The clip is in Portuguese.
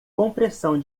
compressão